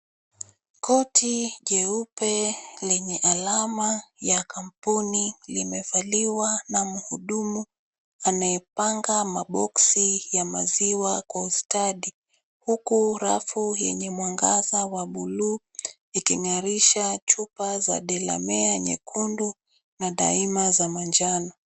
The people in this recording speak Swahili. Koti jeupe lenye alama ya kampuni limevaliwa na mhudumu anayepanga maboksi ya maziwa kwa ustadi huku rafu yenye mwangaza wa buluu iking'arisha chupa za Delamere nyekundu na Daima za manjano.